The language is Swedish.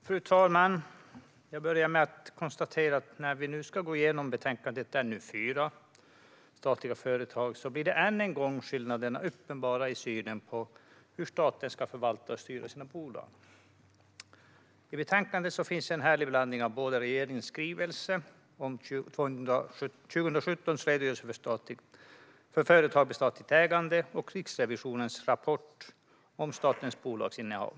Fru talman! Jag börjar med att konstatera att när vi nu ska gå igenom betänkandet NU4 Statliga företag blir skillnaderna i synen på hur staten ska förvalta och styra sina bolag än en gång uppenbara. I betänkandet finns en härlig blandning av regeringens skrivelser 2017 års redogörelse för företag med statligt ägande och Riksrevisionens rapport om statens bolagsinnehav .